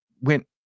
went